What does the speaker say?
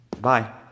Bye